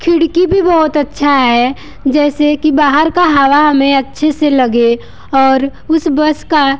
खिड़की भी बहुत अच्छा है जैसे कि बाहर का हवा हमें अच्छे से लगे और उस बस का